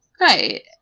Right